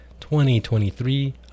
2023